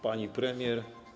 Pani Premier!